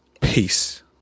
Peace